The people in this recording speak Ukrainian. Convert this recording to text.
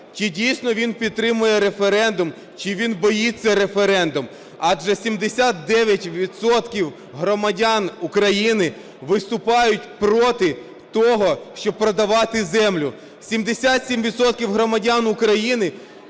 чи дійсно він підтримує референдум, чи він боїться референдуму. Адже 79 відсотків громадян України виступають проти того, щоб продавати землю, 77 відсотків громадян України